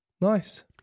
Nice